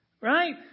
Right